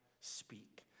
Speak